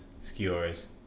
skewers